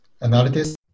analysis